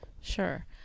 Sure